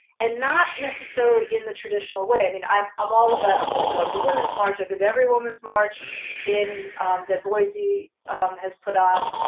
and not necessarily in the traditional way. i mean i'm i'm all about, i'm going to go to the women's march. i've been to every women's march and that boise has put on.